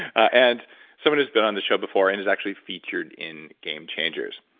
and someone who's been on the show before and who's actually featured in game changers,